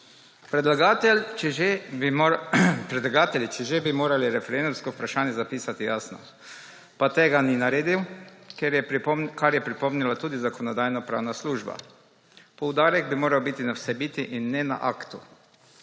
Predlagatelj, če že, bi moral referendumsko vprašanje zapisati jasno, pa tega ni naredil, kar je pripomnila tudi Zakonodajno-pravna služba. Poudarek bi moral biti na vsebini in ne na aktu,